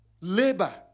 Labor